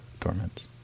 torments